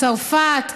צרפת,